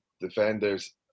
defenders